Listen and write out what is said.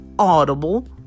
audible